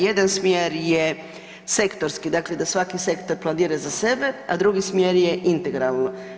Jedan smjer je sektorski, dakle da svaki sektor planira za sebe, a drugi smjer je integralno.